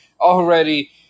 already